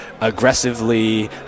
aggressively